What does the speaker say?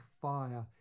fire